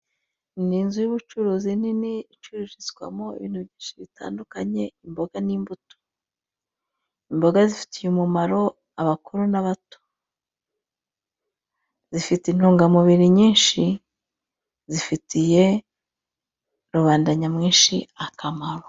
Ni inzu y'ubucuruzi nini icururizwamo ibintu byinshi bitandukanye imboga n'imbuto, imboga zfitiye umumaro abakuru n'abato, zifite intungamubiri nyinshi, zifitiye rubanda nyamwinshi akamaro.